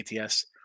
ATS